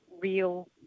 real